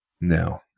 No